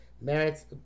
merits